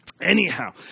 Anyhow